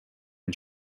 and